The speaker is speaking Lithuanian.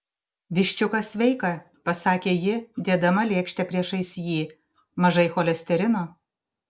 viščiukas sveika pasakė ji dėdama lėkštę priešais jį mažai cholesterino